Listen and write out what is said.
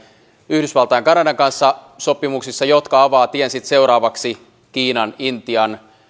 yhdysvaltain ja kanadan kanssa sopimuksissa jotka avaavat tien seuraavaksi kiinan intian